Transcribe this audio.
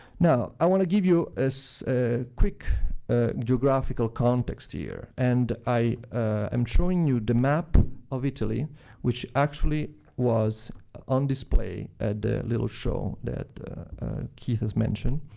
now, i want to give you a ah quick ah geographical context here. and i am showing you the map of italy which actually was on display at the little show that keith has mentioned.